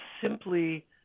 simply